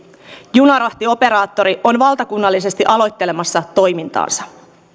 junarahtioperaattori on valtakunnallisesti aloittelemassa toimintaansa